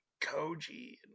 Koji